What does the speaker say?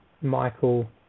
Michael